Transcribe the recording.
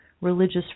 religious